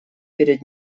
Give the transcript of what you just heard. перед